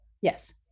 Yes